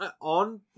On